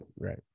right